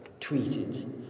tweeted